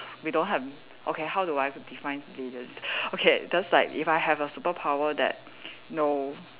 we don't have okay how do I define villains okay just like if I have the superpower that know